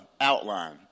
outline